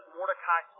Mordecai